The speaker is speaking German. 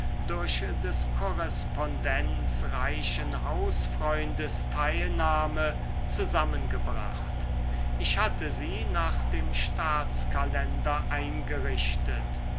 durch des korrespondenzreichen hausfreundes teilnahme zusammengebracht ich hatte sie nach dem staatskalender eingerichtet